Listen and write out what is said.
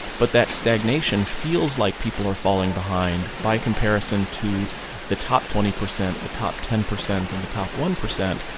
but that stagnation feels like people are falling behind by comparison to the top twenty percent, the top ten percent, and the top one percent,